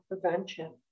prevention